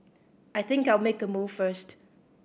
I think I'll make a move first